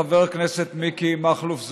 חבר הכנסת מיקי מכלוף זוהר,